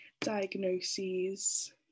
diagnoses